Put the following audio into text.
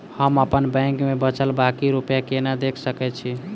हम अप्पन बैंक मे बचल बाकी रुपया केना देख सकय छी?